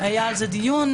היה על זה דיון